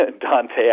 Dante